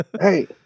Hey